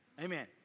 Amen